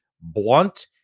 blunt